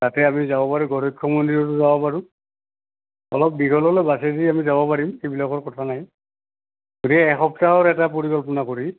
তাতে আমি যাব পাৰি গৰক্ষ মন্দিৰতো যাব পাৰোঁ অলপ দীঘল হ'লেও বাছে দি আমি যাব পাৰিম সেইবিলাকৰ কথা নাই গতিকে এসপ্তাহৰ এটা পৰিকল্পনা কৰি